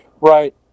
Right